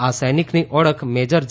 આ સૈનિકની ઓળખ મેજર જે